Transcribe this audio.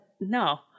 No